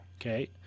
Okay